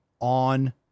on